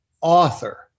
author